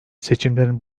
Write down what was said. seçimlerin